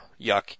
yuck